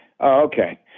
Okay